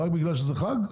רק בגלל שזה חג?